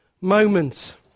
moment